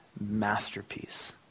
masterpiece